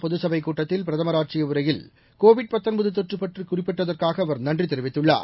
பொதுச்சபைக் கூட்டத்தில் பிரதமர் ஆற்றிய உரையில் தொற்று பற்றி குறிப்பிட்டதற்காக அவர் நன்றி கோவிட் தெரிவித்துள்ளார்